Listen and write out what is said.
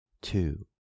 two